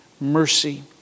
mercy